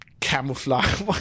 Camouflage